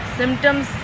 symptoms